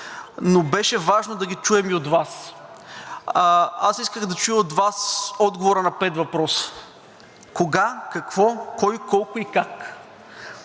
но беше важно да ги чуем и от Вас. Исках да чуя от Вас отговора на пет въпроса: кога, какво, кой, колко и как?